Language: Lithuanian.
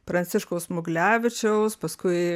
pranciškaus smuglevičiaus paskui